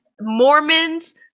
Mormons